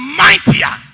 mightier